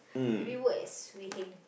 maybe work at Swee Heng